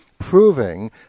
proving